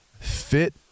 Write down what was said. fit